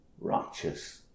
righteous